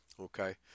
Okay